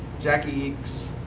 jacky